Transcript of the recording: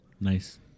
Nice